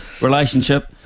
relationship